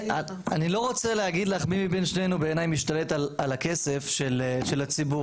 אני לא רוצה להגיד לך מי מבין שנינו בעיניי משתלט על הכסף של הציבור.